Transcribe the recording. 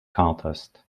contest